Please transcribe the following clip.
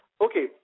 okay